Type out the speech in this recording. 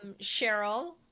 Cheryl